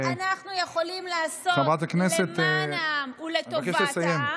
בדקנו מה אנחנו יכולים לעשות למען העם ולטובת העם,